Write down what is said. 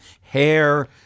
hair